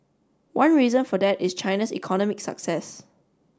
one reason for that is China's economic success